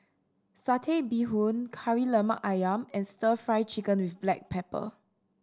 Satay Bee Hoon Kari Lemak Ayam and Stir Fry Chicken with black pepper